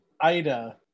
Ida